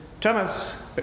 Thomas